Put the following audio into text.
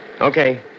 Okay